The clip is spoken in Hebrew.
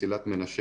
מסילת מנשה,